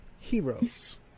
heroes